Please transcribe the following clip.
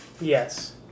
Yes